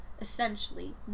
essentially